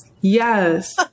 yes